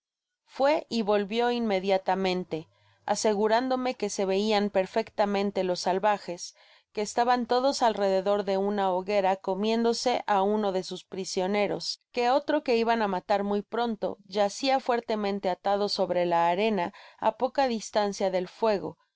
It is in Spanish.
fue y volvió iumediatamente asegurándome que se veian perfectamente los salvajes que estaban todos alrededor de una hoguera comiéndose á uno de sus prisioneros que otro que iban á matar muy pronto yacia fuertemente atado sobre la arena á poca distancia del fuego